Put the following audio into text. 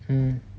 mm